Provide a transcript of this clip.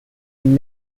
and